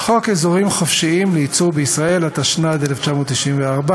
חוק אזורים חופשיים לייצור בישראל, התשנ"ד 1994,